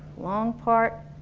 long part,